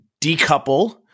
decouple